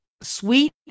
sweet